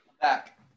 back